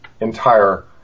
entire